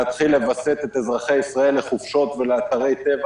להתחיל לווסת את אזרחי ישראל לחופשות ולאתרי טבע.